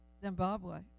Zimbabwe